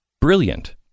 brilliant